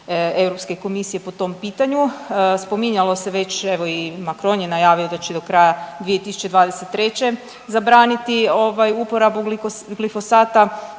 na razini EK po tom pitanju? Spominjalo se već, evo, i Macron je najavio da će do kraja 2023. zabraniti ovaj, uporabu glifosata,